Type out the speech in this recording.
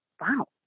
wow